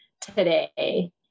today